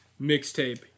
mixtape